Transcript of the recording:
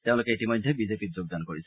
তেওঁলোকে ইতিমধ্যে বিজেপিত যোগদান কৰিছে